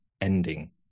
ending